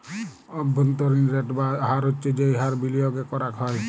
অব্ভন্তরীন রেট বা হার হচ্ছ যেই হার বিলিয়গে করাক হ্যয়